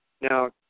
Now